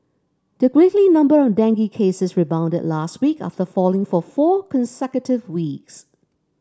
the weekly number of dengue cases rebounded last week after falling for four consecutive weeks